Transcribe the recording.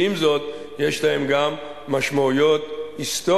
ועם זאת יש להם גם משמעויות היסטוריות,